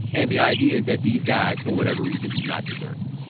and the idea is that these guys for whatever reason do not deserve it